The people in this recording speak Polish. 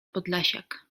podlasiak